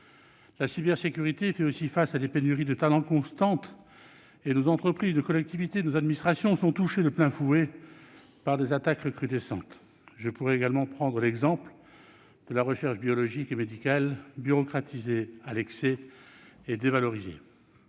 La cybersécurité fait aussi face à des pénuries constantes de talents, et nos entreprises, nos collectivités, nos administrations sont touchées de plein fouet par des attaques recrudescentes. Je pourrais également prendre l'exemple de la recherche biologique et médicale, bureaucratisée à l'excès et dévalorisée.